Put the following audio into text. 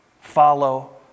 Follow